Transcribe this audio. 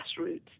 grassroots